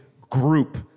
group